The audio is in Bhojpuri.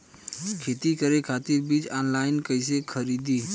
खेती करे खातिर बीज ऑनलाइन कइसे खरीदी?